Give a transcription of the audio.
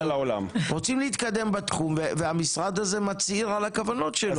אבל רוצים להתקדם בתחום והמשרד הזה מצהיר על הכוונות שלו.